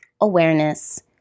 awareness